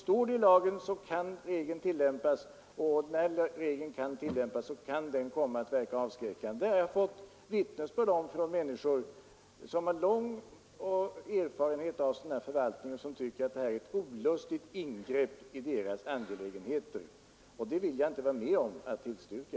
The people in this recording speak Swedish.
Står regeln i lagen kan den tillämpas, och när regeln kan tillämpas kan den komma att verka avskräckande. Det har jag fått vittnesbörd om från människor som har lång erfarenhet av sådan här förvaltning och som tycker att detta är ett olustigt ingrepp i deras angelägenheter. Det vill jag inte vara med om att tillstyrka.